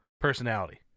personality